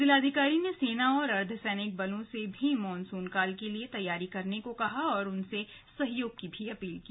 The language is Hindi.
जिलाधिकारी ने सेना और अर्द्वसैनिक बलों से भी मानसून काल के लिए तैयारी करने को कहा और उनसे सहयोग की अपील की